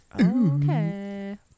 Okay